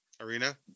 Arena